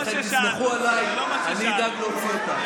אני אומר לכם, תסמכו עליי, אני אדאג להוציא אותה.